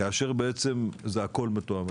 כאשר הכול מתואם.